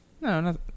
No